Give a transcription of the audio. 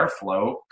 airflow